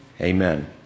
Amen